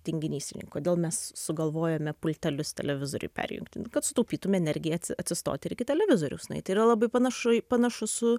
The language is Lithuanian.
tinginys kodėl mes sugalvojome pultelius televizoriui perjungti kad sutaupytume energiją atsistoti ir iki televizoriaus nueiti yra labai panašu panašus su